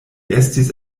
estis